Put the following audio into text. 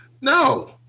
No